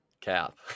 cap